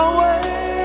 Away